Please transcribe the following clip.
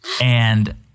And-